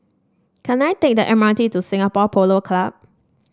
can I take the M R T to Singapore Polo Club